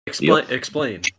Explain